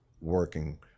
working